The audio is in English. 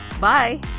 bye